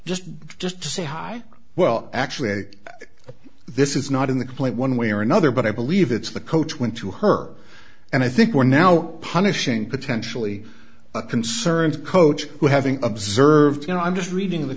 just just to say hi well actually this is not in the complaint one way or another but i believe it's the coach went to her and i think we're now punishing potentially concerned coach who having observed you know i'm just reading the